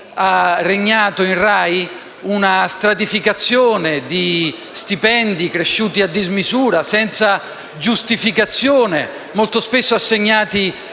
ha regnato in RAI una stratificazione di stipendi cresciuti a dismisura senza giustificazione e, molto spesso, assegnati